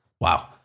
Wow